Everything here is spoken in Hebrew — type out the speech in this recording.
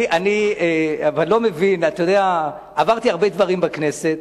אני לא מבין, עברתי הרבה דברים בכנסת